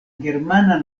germana